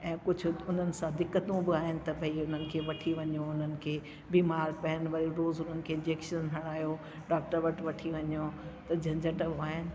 ऐ कुझु हुननि सां दिक़तू बि आहिनि त भई हुननि खे वठी वञो हुननि खे बीमार पयनि वरी पोइ रोज़ हुननि खे इंजैक्शन हणायो डॉक्टर वठ वठी वञो त झंझट बि आहिनि